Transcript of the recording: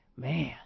Man